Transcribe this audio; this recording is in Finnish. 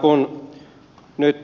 kun nyt